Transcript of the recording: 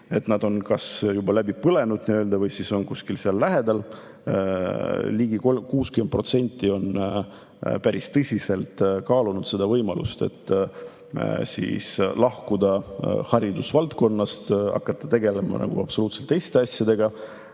Eesti – on kas juba läbi põlenud või on kuskil seal lähedal. Ligi 60% on päris tõsiselt kaalunud võimalust lahkuda haridusvaldkonnast, hakata tegelema absoluutselt teiste asjadega.